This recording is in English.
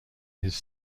his